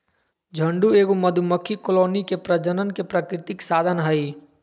झुंड एगो मधुमक्खी कॉलोनी के प्रजनन के प्राकृतिक साधन हइ